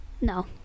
No